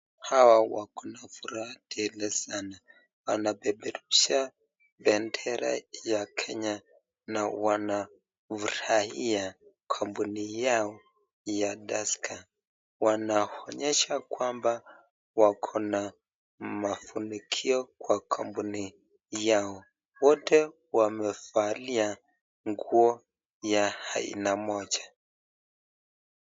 Hawa wako na furaha tele sana. Wanapeperusha bendera ya Kenya na wanafurahia kampuni yao ya Tusker. Wanaonyesha kwamba wako na mafanikio kwa kampuni yao. Wote wamevalia nguo ya aina moja.